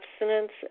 abstinence